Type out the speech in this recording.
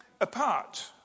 apart